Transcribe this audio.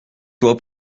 toi